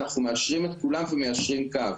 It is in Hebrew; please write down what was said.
אנחנו מאשרים את כולם ומיישרים קו,